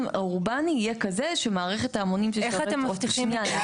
האורבני יהיה כזה שמערכת ההמונים תשרת --- איך אתם מבטיחים את זה?